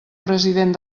president